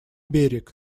берег